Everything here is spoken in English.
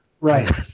right